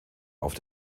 auf